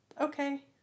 okay